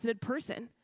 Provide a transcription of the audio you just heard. person